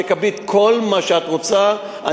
תקבלי את כל מה שאת רוצה .